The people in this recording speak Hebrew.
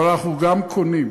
אבל אנחנו גם קונים.